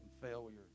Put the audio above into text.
failure